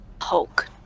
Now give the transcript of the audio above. Hulk